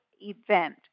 event